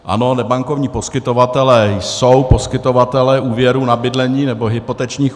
Ano, nebankovní poskytovatelé jsou poskytovatelé úvěrů na bydlení nebo hypotečních úvěrů.